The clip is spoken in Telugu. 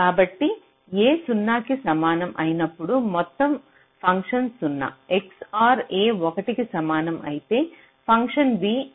కాబట్టి a 0 కి సమానం అయినప్పుడు మొత్తం ఫంక్షన్ 0 XOR a 1 కి సమానం అయితే ఫంక్షన్ b 0 XOR b అయితే b